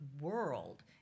world